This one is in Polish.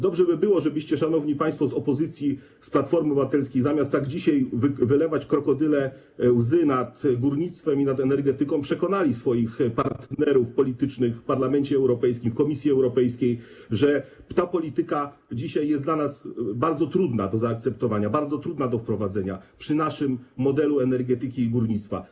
Dobrze by było, żebyście, szanowni państwo z opozycji, z Platformy Obywatelskiej, zamiast tak dzisiaj wylewać krokodyle łzy nad górnictwem i nad energetyką, przekonali swoich partnerów politycznych w Parlamencie Europejskim, w Komisji Europejskiej, że ta polityka dzisiaj jest dla nas bardzo trudna do zaakceptowania, bardzo trudna do wprowadzenia przy naszym modelu energetyki i górnictwa.